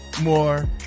more